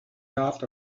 dot